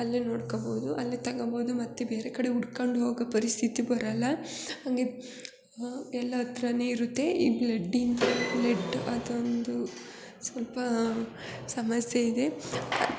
ಅಲ್ಲೇ ನೋಡ್ಕೋಬೋದು ಅಲ್ಲೇ ತಗೋಬೋದು ಮತ್ತೆ ಬೇರೆ ಕಡೆ ಹುಡ್ಕಂಡು ಹೋಗೋ ಪರಿಸ್ಥಿತಿ ಬರಲ್ಲ ಹಂಗೆ ಎಲ್ಲ ಹತ್ರನೇ ಇರುತ್ತೆ ಈ ಬ್ಲಡ್ಡಿಂದು ಬ್ಲಡ್ ಅದೊಂದು ಸ್ವಲ್ಪ ಸಮಸ್ಯೆ ಇದೆ